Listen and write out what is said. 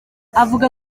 avuga